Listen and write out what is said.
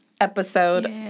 episode